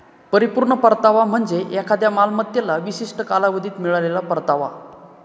परिपूर्ण परतावा म्हणजे एखाद्या मालमत्तेला विशिष्ट कालावधीत मिळालेला परतावा